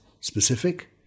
specific